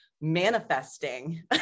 manifesting